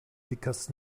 because